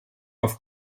auf